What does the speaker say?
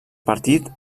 partit